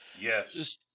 Yes